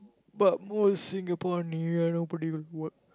but most Singapore New Year what do you do what